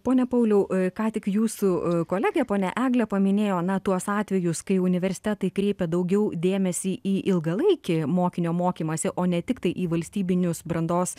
pone pauliau ką tik jūsų kolegė ponia eglė paminėjo na tuos atvejus kai universitetai kreipia daugiau dėmesį į ilgalaikį mokinio mokymąsi o ne tiktai į valstybinius brandos